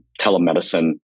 telemedicine